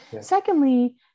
Secondly